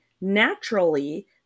naturally